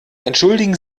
entschuldigen